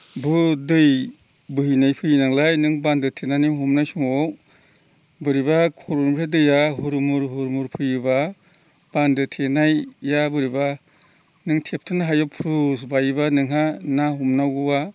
दै बोहैनाय फैयो नालाय नों बान्दो थेनानै हमनाय समाव बोरैबा खर'निफ्राय दैया हुरमुर हुरमुर फैयोब्ला बान्दो थेनाया बोरैबा नों थेबथ'नो हायो फ्रुस बायोब्ला नोंहा ना हमनांगौआ